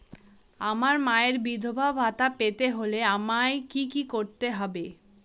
আমার মায়ের বিধবা ভাতা পেতে হলে আমায় কি কি করতে হবে?